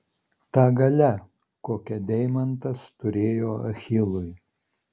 ta galia kokią deimantas turėjo achilui